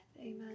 Amen